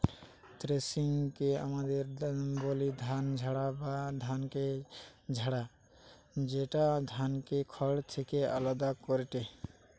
থ্রেশিংকে আমদের বলি ধান মাড়াই বা ধানকে ঝাড়া, যেটা ধানকে খড় থেকে আলদা করেটে